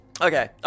Okay